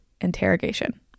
interrogation